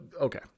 okay